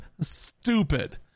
stupid